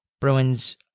Bruins